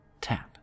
Tap